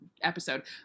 episode